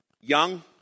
young